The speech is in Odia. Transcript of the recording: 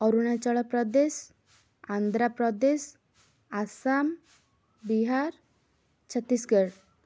ଅରୁଣାଚଳପ୍ରଦେଶ ଆନ୍ଧ୍ରପ୍ରଦେଶ ଆସାମ ବିହାର ଛତିଶଗଡ଼